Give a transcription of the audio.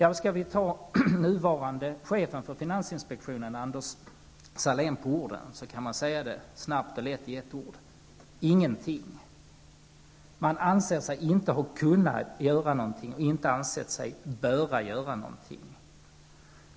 Ja, skall vi ta nuvarande chefen för finansinspektionen Anders Sahlén på orden, kan vi säga det snabbt och lätt i ett ord: Ingenting. Man har inte ansett sig böra eller kunnat göra någonting.